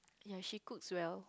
ya she cooks well